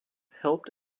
helped